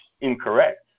incorrect